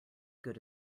good